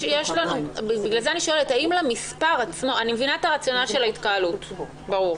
אני מבינה את הרציונל של ההתקהלות, ברור.